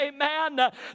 amen